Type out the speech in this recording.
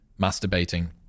masturbating